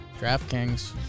DraftKings